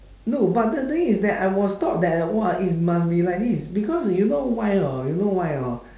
no but the thing is that I was taught that !wah! it must be like this because you know why or not you know why or not